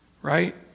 right